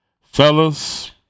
Fellas